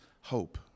hope